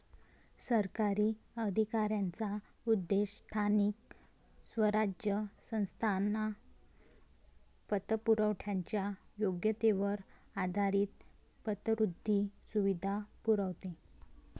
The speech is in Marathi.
सरकारी अधिकाऱ्यांचा उद्देश स्थानिक स्वराज्य संस्थांना पतपुरवठ्याच्या योग्यतेवर आधारित पतवृद्धी सुविधा पुरवणे